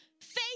Faith